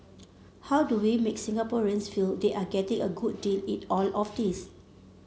how do we make Singaporeans feel they are getting a good deal in all of this